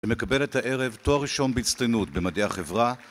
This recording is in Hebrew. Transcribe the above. ומקבלת הערב תואר ראשון בהצטיינות במדעי החברה